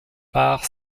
par